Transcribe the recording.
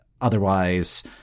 otherwise